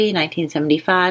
1975